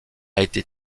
été